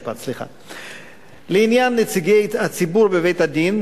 לעניין נציגי הציבור בבית-הדין,